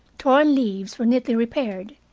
torn leaves were neatly repaired.